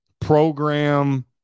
program